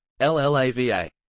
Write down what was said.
LLAVA